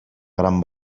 gran